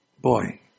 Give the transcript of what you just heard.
Boy